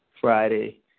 Friday